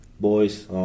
boys